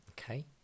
Okay